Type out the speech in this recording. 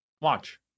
watch